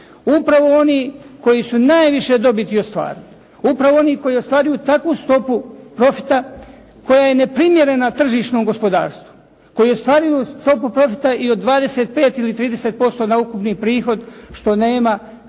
Upravo oni koji su najviše dobiti ostvarili. Upravo oni koji ostvaruju takvu stopu profita koja je neprimjerena tržišnom gospodarstvu, koji ostvaruju stopu profita i od 25 ili 30% na ukupni prihod, što nema nigdje